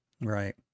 right